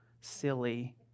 silly